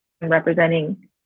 representing